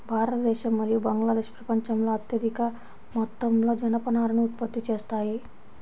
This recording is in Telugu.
భారతదేశం మరియు బంగ్లాదేశ్ ప్రపంచంలో అత్యధిక మొత్తంలో జనపనారను ఉత్పత్తి చేస్తాయి